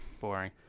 boring